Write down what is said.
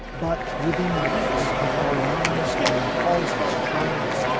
but within weeks of ariana's and halls, his triumphs,